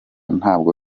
ntabwo